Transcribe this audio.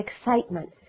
excitement